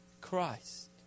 Christ